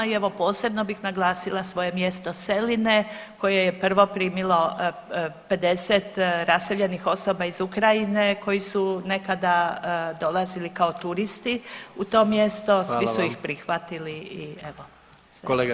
I evo posebno bih naglasila svoje mjesto Seline koje je prvo primilo 50 raseljenih osoba iz Ukrajine koji su nekada dolazili kao turisti u to mjesto [[Upadica: Hvala vam.]] svi su ih prihvatili i evo.